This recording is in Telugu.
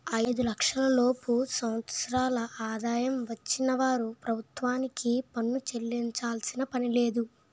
ఐదు లక్షల లోపు సంవత్సరాల ఆదాయం వచ్చిన వారు ప్రభుత్వానికి పన్ను చెల్లించాల్సిన పనిలేదు